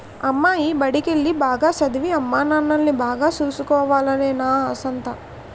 అమ్మాయి బడికెల్లి, బాగా సదవి, అమ్మానాన్నల్ని బాగా సూసుకోవాలనే నా ఆశంతా